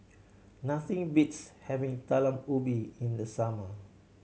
nothing beats having Talam Ubi in the summer